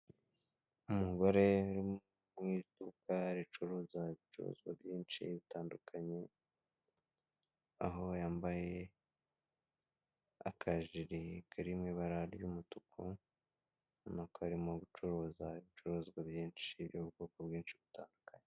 Umugore uri mu iduka ricuruza ibicuruzwa byinshi bitandukanye aho yambaye akajirikere kari mu ibara ry'umutuku n'ama karimo gucuruza ibicuruzwa byinshi by'ubwoko bw'inshi butandukanye.